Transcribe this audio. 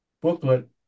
booklet